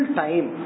time